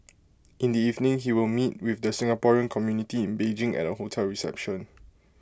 in the evening he will meet with the Singaporean community in Beijing at A hotel reception